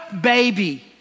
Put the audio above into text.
baby